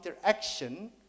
interaction